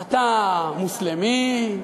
אתה מוסלמי?